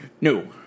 No